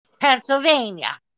Pennsylvania